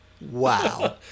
Wow